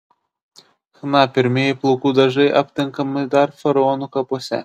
chna pirmieji plaukų dažai aptinkami dar faraonų kapuose